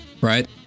Right